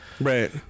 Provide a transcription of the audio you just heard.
Right